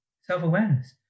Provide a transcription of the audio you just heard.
self-awareness